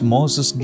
Moses